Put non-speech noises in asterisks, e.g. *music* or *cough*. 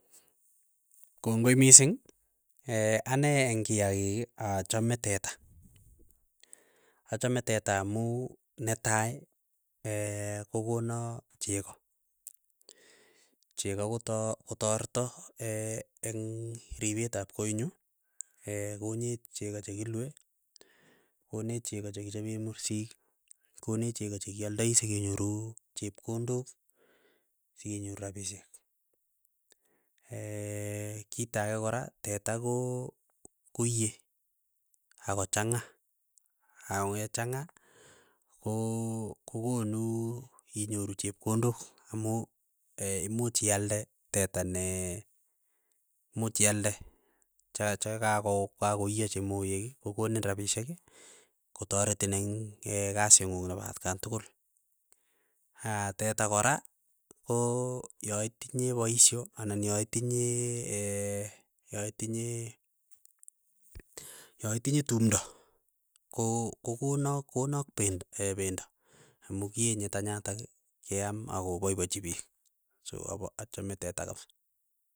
Kongoi mising *hesitation* ane eng' kiakik achame teta, achame teta amu netai *hesitation* kokona cheko, cheko kota kotareto *hesitation* eng' ripeet ap koinyuu, koneeny cheko chekilue, koneech cheko chekichape mursik, koneech cheko chekialdai sekenyoruu chepkondok sekenyoru rapishek, *hesitation* kita ake kora, teta koo koiei akochanga, ako yechanga ko kokonu inyoru chepkondok amu *hesitation* imuuch ialde teta nee imuch ialde cha- chakako kakoiyo che moeek, kokonin rapishek, kotaretin eng' *hesitation* kasii ng'ung nepa atkan tukul, aa teta kora ko ya itinye paisho anan ya itinye *hesitation* ya itinye ya itinye tumndo, ko kokonak konak pend *hesitation* pendo amu kienye tenyatak, keam akopaipachi piik, soo apa achame teta kapsa.